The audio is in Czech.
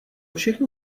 všechno